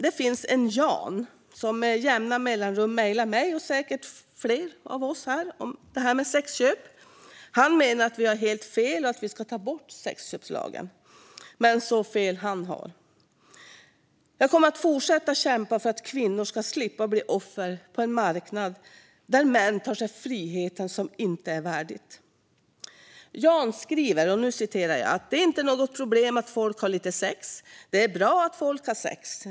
Det finns en Jan, som med jämna mellanrum mejlar mig och säkert fler av oss här om detta med sexköp. Han menar att vi har helt fel och att vi ska ta bort sexköpslagen. Men så fel han har. Jag kommer att fortsätta kämpa för att kvinnor ska slippa bli offer på en marknad där män tar sig friheter som inte är värdiga. Jan skriver: Det är inte något problem att folk har lite sex. Det är bra att folk har sex.